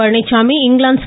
பழனிச்சாமி இங்கிலாந்து ஸ